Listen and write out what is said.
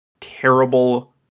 terrible